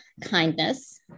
kindness